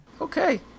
Okay